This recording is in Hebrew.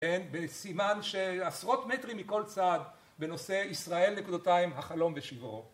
בסימן שעשרות מטרים מכל צד בנושא ישראל נקודתיים החלום ושברו